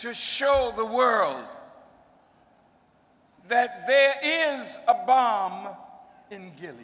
to show the world that there is a bomb in